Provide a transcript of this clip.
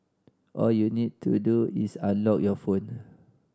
all you need to do is unlock your phone